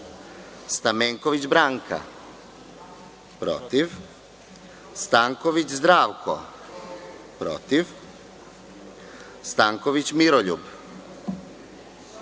zaStamenković Branka – protivStanković Zdravko – protivStanković Miroljub